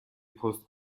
پست